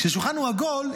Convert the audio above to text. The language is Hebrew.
כששולחן הוא עגול,